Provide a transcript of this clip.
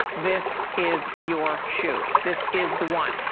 this is your shoe. this is the one.